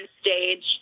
stage